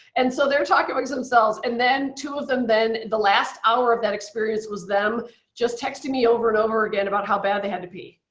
and so they're talking amongst themselves, and then two of them then, the last hour of that experience was just them just texting me over and over again about how bad they had to pee.